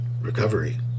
recovery